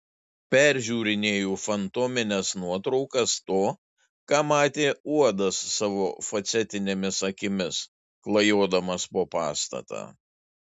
peržiūrinėju fantomines nuotraukas to ką matė uodas savo facetinėmis akimis klajodamas po pastatą